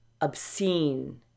obscene